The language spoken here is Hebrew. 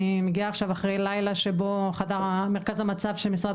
אני מגיעה עכשיו אחרי לילה בו מרכז המצב של משרד